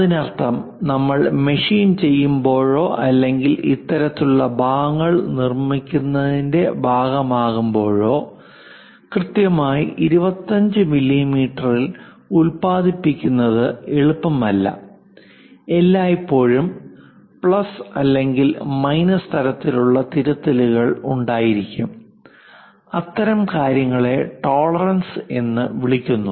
അതിനർത്ഥം നമ്മൾ മെഷീൻ ചെയ്യുമ്പോഴോ അല്ലെങ്കിൽ ഇത്തരത്തിലുള്ള ഭാഗങ്ങൾ നിർമ്മിക്കുന്നതിൻറെ ഭാഗമാകുമ്പോഴോ കൃത്യമായി 25 മില്ലീമീറ്ററിൽ ഉത്പാദിപ്പിക്കുന്നത് എളുപ്പമല്ല എല്ലായ്പ്പോഴും പ്ലസ് അല്ലെങ്കിൽ മൈനസ് തരത്തിലുള്ള തിരുത്തലുകൾ ഉണ്ടായിരിക്കും അത്തരം കാര്യങ്ങളെ ടോളറൻസ് എന്ന് വിളിക്കുന്നു